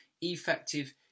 effective